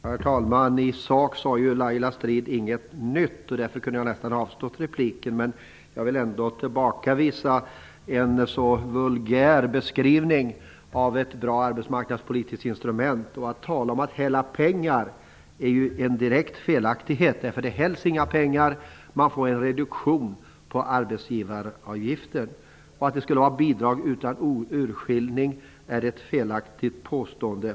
Herr talman! I sak hade Laila Strid-Jansson inte något nytt att komma med. Därför skulle jag ha kunnat avstå från denna replik. Men jag vill tillbakavisa hennes vulgära beskrivning av detta fina arbetsmarknadspolitiska instrument. Laila Strid-Jansson talar om att det hälls ut pengar. Men det är direkt felaktigt. Det hälls nämligen inte ut några pengar här. I stället handlar det om en reduktion av arbetsgivaravgiften. Vidare talar Laila Strid-Jansson om bidrag utan urskillning. Det är också ett felaktigt påstående.